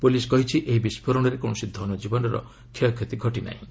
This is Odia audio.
ପୁଲିସ୍ କହିଛି ଏହି ବିସ୍ଫୋରଣରେ କୌଣସି ଧନଜୀବନର କ୍ଷୟକ୍ଷତି ଘଟିନାହିଁ